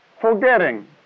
forgetting